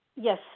Yes